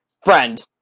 friend